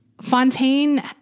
Fontaine